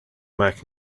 mac